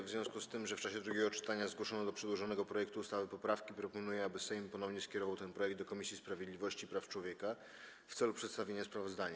W związku z tym, że w czasie drugiego czytania zgłoszono do przedłożonego projektu ustawy poprawki, proponuję, aby Sejm ponownie skierował ten projekt do Komisji Sprawiedliwości i Praw Człowieka w celu przedstawienia sprawozdania.